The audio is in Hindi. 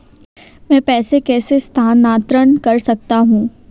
मैं पैसे कैसे स्थानांतरण कर सकता हूँ?